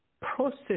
process